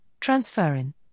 Transferrin